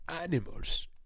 animals